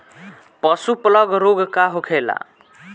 पशु प्लग रोग का होखेला?